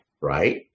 right